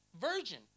virgin